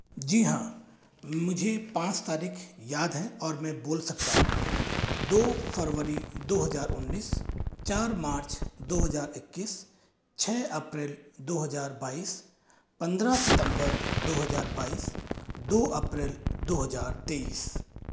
जी हाँ मुझे पाँच तारीख याद हैं और मैं बोल सकता हूँ दो फ़रवरी दो हज़ार उन्नीस चार मार्च दो हज़ार इक्कीस छः अप्रैल दो हज़ार बाईस पंद्रह सितंबर दो हज़ार बाईस दो अप्रैल दो हज़ार तेईस